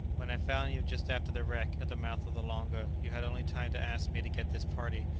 when i found you just after the wreck, at the mouth of the longa, you had only time to ask me to get this party,